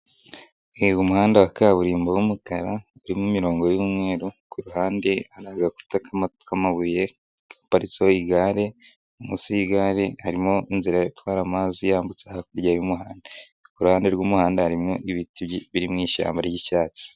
Reba umuhanda wa kaburimbo w'umukara uririmo imirongo y'umweru, ku ruhande hari agakuta k'amabuye gaparitseho igare munsi y'igare harimo inzira itwara amazi yambutse hakurya y'umuhanda, ku ruhande rw'umuhanda harimo ibiti biri mu mushyamba ry'icyatsi.